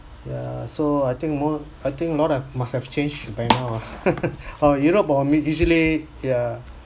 ya so I think more I think lot have must have changed right now ah oh europe or mean usually yeah